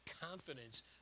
confidence